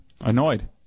Annoyed